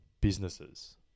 businesses